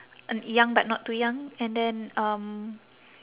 uh young but not too young and then um